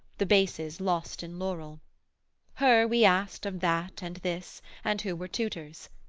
the bases lost in laurel her we asked of that and this, and who were tutors.